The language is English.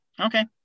Okay